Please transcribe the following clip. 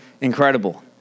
Incredible